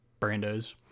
brandos